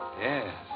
Yes